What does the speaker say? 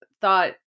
thought